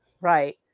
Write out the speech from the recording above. Right